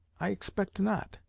i expect not.